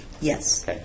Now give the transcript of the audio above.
yes